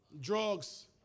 Drugs